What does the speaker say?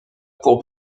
pour